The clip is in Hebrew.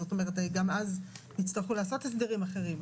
גם אז יצטרכו לעשות הסדרים אחרים,